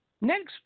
Next